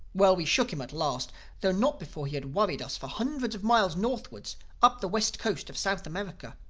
well, we shook him at last though not before he had worried us for hundreds of miles northward, up the west coast of south america.